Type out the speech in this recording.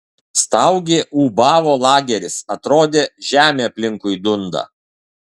staugė ūbavo lageris atrodė žemė aplinkui dunda